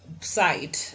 side